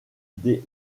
des